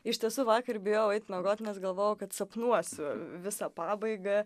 iš tiesų vakar bijojau eit miegot nes galvojau kad sapnuosiu visą pabaigą